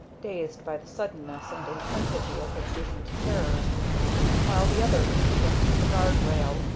dazed by the suddenness and intensity of his recent terror while the other leaned against the guard-rail,